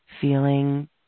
Feeling